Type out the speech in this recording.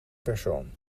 persoon